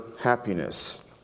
happiness